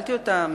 שאלתי אותה: